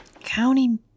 County